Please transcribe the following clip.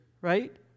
right